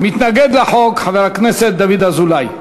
מתנגד לחוק, חבר הכנסת דוד אזולאי.